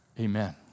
amen